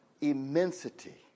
immensity